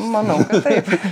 manau kad taip